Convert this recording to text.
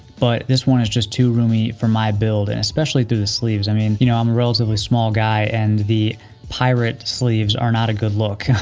but, this one is just too roomy for my build and especially, through the sleeves. i mean, you know, i'm a relatively small guy and the pirate sleeves are not a good look.